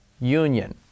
union